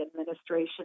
administration